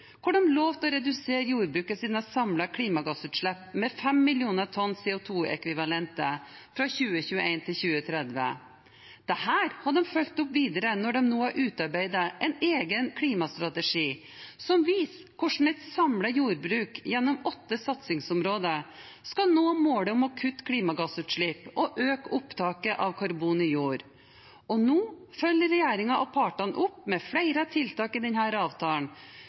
hvor de lovte å redusere jordbrukets samlede klimagassutslipp med 5 mill. tonn CO 2 -ekvivalenter fra 2021 til 2030. Dette har de fulgt opp videre når de nå har utarbeidet en egen klimastrategi, som viser hvordan et samlet jordbruk gjennom åtte satsingsområder skal nå målet om å kutte klimagassutslipp og øke opptaket av karbon i jord. Nå følger regjeringen og partene opp med flere tiltak i denne avtalen,